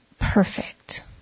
perfect